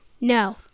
No